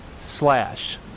slash